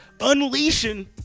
unleashing